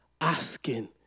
asking